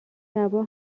شبا